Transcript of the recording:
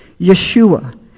Yeshua